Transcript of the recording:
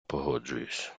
погоджуюсь